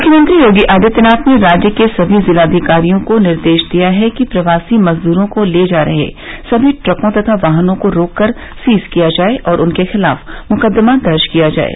मुख्यमंत्री योगी आदित्यनाथ ने राज्य के सभी जिलाधिकारियों को निर्देश दिया है कि प्रवासी मजद्रों को ले जा रहे सभी ट्रकों तथा वाहनों को रोक कर सीज किया जाये और उनके खिलाफ मुकदमा दर्ज किया जाये